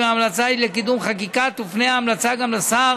ואם ההמלצה היא קידום חקיקה, תופנה ההמלצה גם לשר